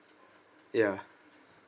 ya